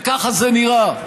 וככה זה נראה: